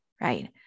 right